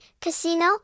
casino